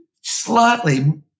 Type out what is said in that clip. slightly